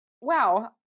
Wow